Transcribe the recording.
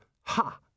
Ha